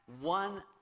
one